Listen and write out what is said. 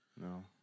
No